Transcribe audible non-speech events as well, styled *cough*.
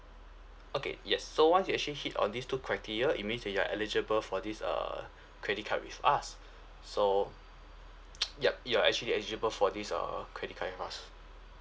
okay yes so once you actually hit on these two criteria it means that you're eligible for this err credit card with us so *noise* yup you are actually eligible for this uh credit card with us